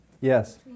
Yes